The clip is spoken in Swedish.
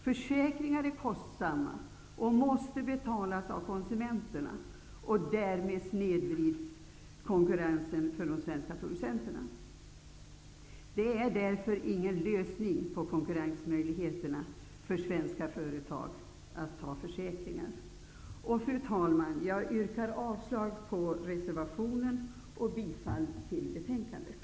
Försäkringar är kostsamma och måste betalas av konsumenterna, och därmed snedvrids konkurrensen för de svenska producenterna. Det är därför ingen lösning för konkurrensmöjligheterna för svenska företag att ha försäkringar. Fru talman! Jag yrkar avslag på reservationen och bifall till hemställan i betänkandet.